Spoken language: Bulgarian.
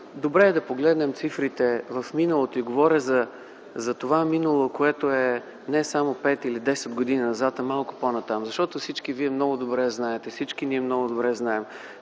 Добре е да погледнем цифрите в миналото – говоря за това минало, което е не само пет или десет години назад, а малко по-назад. Всички вие много добре знаете, всички ние много добре знаем,